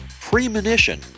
premonition